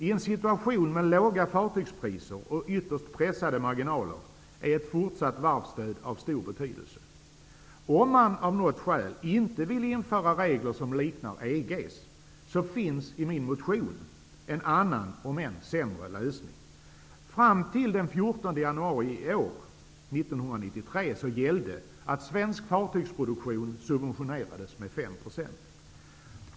I en situation med låga fartygspriser och ytterst pressade marginaler är ett fortsatt varvsstöd av stor betydelse. Om man av något skäl inte vill införa regler som liknar EG:s, finns i min motion en annan, om än sämre, lösning. Fram till den 14 januari 1993 gällde att svensk fartygsproduktion subventionerades med 5 %.